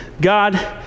god